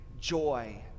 joy